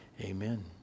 Amen